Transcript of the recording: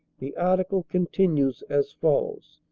the article continues as follows